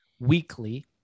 weekly